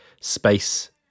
space